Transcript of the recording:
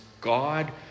God